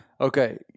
Okay